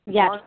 Yes